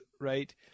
right